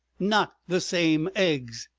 not the same eggs!